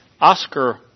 Oscar